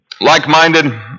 Like-minded